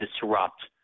disrupt